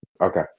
Okay